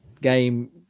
game